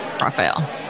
Rafael